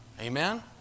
Amen